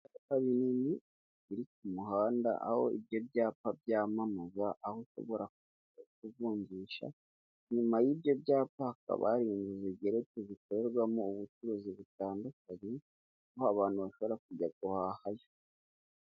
Ibyapa binini biri ku muhanda aho ibyo byapa byamamaza aho ushobora kujya kuvungisha, inyuma y'ibyo byapaka hakaba hari inzu zigeretse zikorerwamo ubucuruzi butandukanye, aho abantu bashobora kujya guhahayo.